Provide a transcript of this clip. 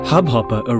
Hubhopper